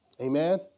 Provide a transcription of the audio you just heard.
amen